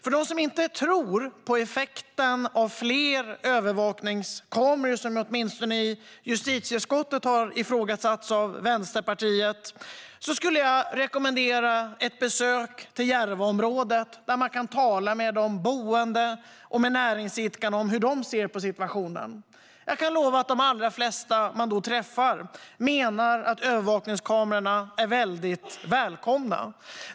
För dem som inte tror på effekten av fler övervakningskameror, som åtminstone i justitieutskottet har ifrågasatts av Vänsterpartiet, skulle jag rekommendera ett besök i Järvaområdet, där man kan tala med de boende och med näringsidkarna om hur de ser på situationen. Jag kan lova att de allra flesta som man då träffar menar att övervakningskamerorna är väldigt välkomna.